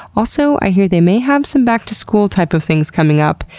also, i hear they may have some back-to-school type of things coming up.